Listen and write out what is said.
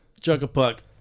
chuck-a-puck